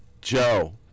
Joe